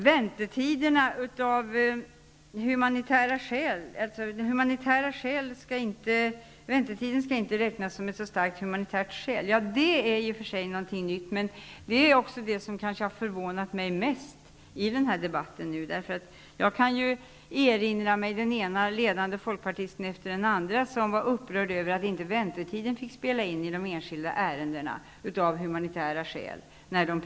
Väntetiden skall inte räknas som ett starkt humanitärt skäl. Det är i och för sig en nyhet. Det är också det som förvånat mig mest. Jag kan erinra mig den ena ledande folkpartisten efter den andra som var upprörd över att inte väntetiderna fick spela in i de enskilda ärendena som ett humanitärt skäl.